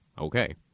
Okay